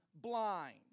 blind